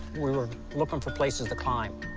we were looking for places to climb,